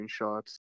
Screenshots